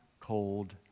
cold